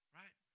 right